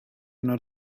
not